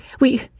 We